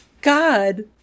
god